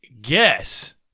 Guess